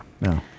no